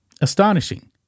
Astonishing